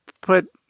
put